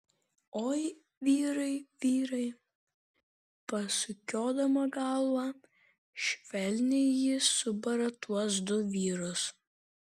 oi vyrai vyrai pasukiodama galvą švelniai ji subara tuos du vyrus